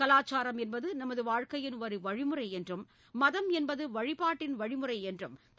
கலாச்சாரம் என்பது நமது வாழ்க்கையின் ஒரு வழிமுறை என்றும் மதம் என்பது வழிபாட்டின் வழிமுறை என்றும் திரு